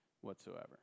whatsoever